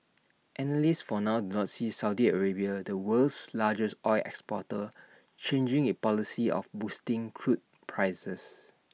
analysts for now do not see Saudi Arabia the world's largest oil exporter changing its policy of boosting crude prices